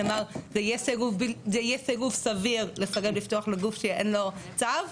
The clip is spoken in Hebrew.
שנאמר שזה יהיה סירוב סביר לסרב לפתוח לגוף שאין לו צו.